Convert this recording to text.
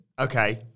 Okay